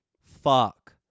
Fuck